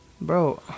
Bro